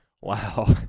Wow